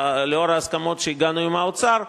לאור ההסכמות שהגענו אליהן עם האוצר,